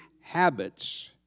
habits